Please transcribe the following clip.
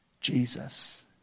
Jesus